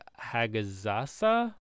Hagazasa